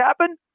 happen